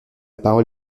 parole